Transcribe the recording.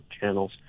channels